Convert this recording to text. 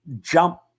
jump